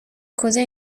causer